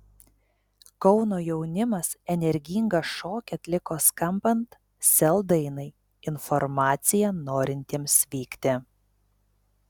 kauno jaunimas energingą šokį atliko skambant sel dainai informacija norintiems vykti